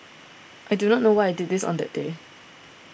I do not know why I did this on that day